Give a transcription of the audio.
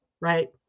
right